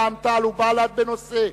רע"ם-תע"ל ובל"ד בנושא: